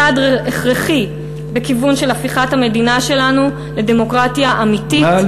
צעד הכרחי בכיוון של הפיכת המדינה שלנו לדמוקרטיה אמיתית,